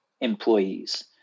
employees